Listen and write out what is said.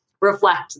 reflect